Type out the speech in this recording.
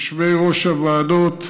יושבי-ראש הוועדות,